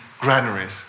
granaries